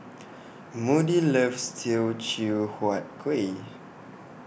Moody loves Teochew Huat Kuih